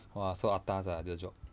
!wah! so atas ah the job